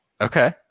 okay